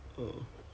ya lor